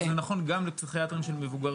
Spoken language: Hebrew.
אבל זה נכון גם לפסיכיאטרים של מבוגרים.